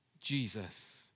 Jesus